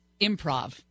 improv